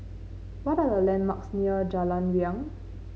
what are the landmarks near Jalan Riang